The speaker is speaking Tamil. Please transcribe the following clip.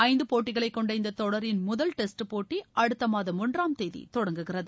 ஐந்து போட்டிகளைக் கொண்ட இந்த தொடரின் முதல் டெஸ்ட் போட்டி அடுத்த மாதம் ஒன்றாம் தேதி தொடங்குகிறது